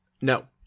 No